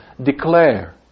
declare